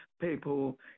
people